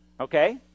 okay